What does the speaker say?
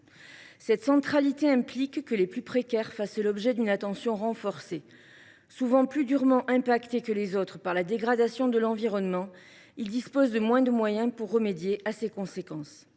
Cette centralité implique que les plus précaires fassent l’objet d’une attention renforcée. Souvent plus durement affectés que les autres par la dégradation de l’environnement, ils disposent de moins de moyens pour remédier à ses conséquences.